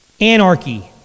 Anarchy